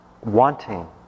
wanting